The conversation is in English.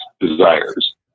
desires